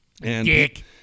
Dick